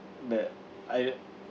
that I